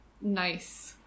nice